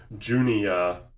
Junia